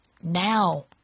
Now